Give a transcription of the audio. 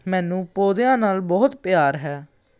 ਮੈਨੂੰ ਪੌਦਿਆਂ ਨਾਲ ਬਹੁਤ ਪਿਆਰ ਹੈ